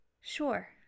sure